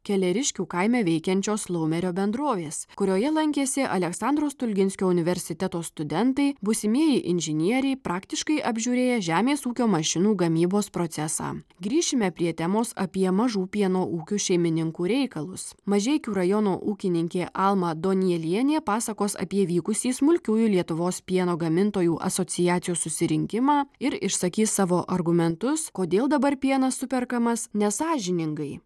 keleriškių kaime veikiančios laumerio bendrovės kurioje lankėsi aleksandro stulginskio universiteto studentai būsimieji inžinieriai praktiškai apžiūrėję žemės ūkio mašinų gamybos procesą grįšime prie temos apie mažų pieno ūkių šeimininkų reikalus mažeikių rajono ūkininkė alma donielienė pasakos apie vykusį smulkiųjų lietuvos pieno gamintojų asociacijos susirinkimą ir išsakys savo argumentus kodėl dabar pienas superkamas nesąžiningai